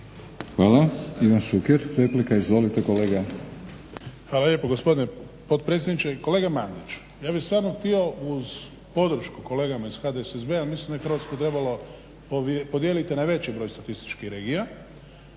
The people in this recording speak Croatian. Hvala. Ivan Šuker replika. Izvolite kolega. **Šuker, Ivan (HDZ)** Hvala lijepa gospodine potpredsjedniče. Kolega Mandiću ja bih htio uz podršku kolegama iz HDSSB-a mislim da bi Hrvatsku trebalo podijeliti na veći broj statističkih regija.